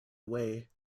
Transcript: away